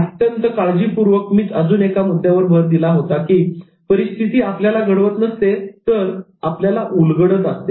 अत्यंत काळजीपूर्वक मी अजून एका मुद्द्यावर भर दिला की परिस्थिती आपल्याला घडवत नसते तर उलगडत असते